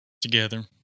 together